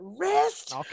rest